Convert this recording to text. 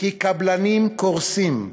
כי קבלנים קורסים,